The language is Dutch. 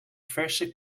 verse